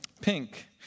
Pink